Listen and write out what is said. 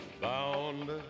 Bound